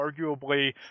arguably